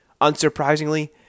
Unsurprisingly